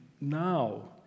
now